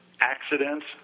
accidents